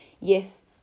yes